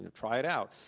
and try it out.